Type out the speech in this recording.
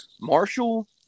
Marshall